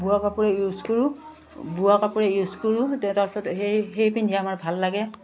বোৱা কাপোৰে ইউজ কৰোঁ বোৱা কাপোৰে ইউজ কৰোঁ দে তাৰছত সেই সেই পিন্ধে আমাৰ ভাল লাগে